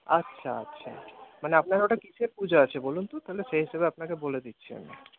আচ্ছা আচ্ছা মানে আপনার ওটা কিসের পূজা আছে বলুন তো তাহলে সেই হিসাবে আপনাকে বলে দিচ্ছি আমি